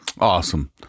Awesome